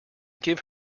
give